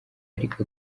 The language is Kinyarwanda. ariko